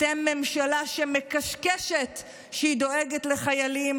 אתם ממשלה שמקשקשת שהיא דואגת לחיילים,